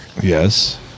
Yes